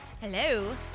Hello